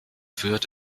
führt